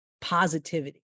positivity